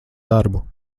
darbu